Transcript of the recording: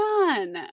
none